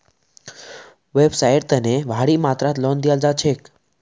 व्यवसाइर तने भारी मात्रात लोन दियाल जा छेक